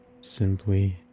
Simply